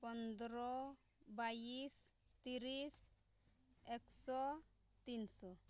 ᱯᱚᱸᱫᱨᱚ ᱵᱟᱭᱤᱥ ᱛᱤᱨᱤᱥ ᱮᱠᱥᱚ ᱛᱤᱱᱥᱚ